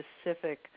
specific